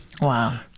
Wow